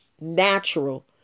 natural